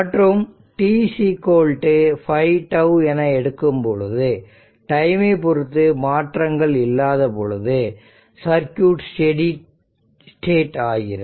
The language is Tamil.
மற்றும் இது t 5τ என எடுக்கும்பொழுது டைமை பொருத்து மாற்றங்கள் இல்லாத பொழுது சர்க்யூட் ஸ்டெடி ஸ்டேட் அடைகிறது